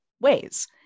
ways